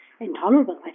intolerable